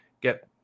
get